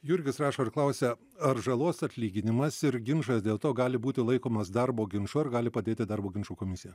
jurgis rašo ir klausia ar žalos atlyginimas ir ginčas dėl to gali būti laikomas darbo ginču ar gali padėti darbo ginčų komisija